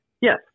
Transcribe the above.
Yes